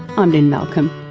i'm lynne malcolm.